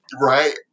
Right